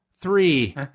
three